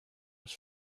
was